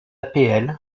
apl